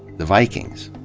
the vikings.